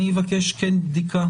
אני כן אבקש בדיקה